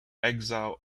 exile